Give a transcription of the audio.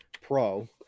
pro